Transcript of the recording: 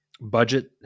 budget